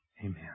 Amen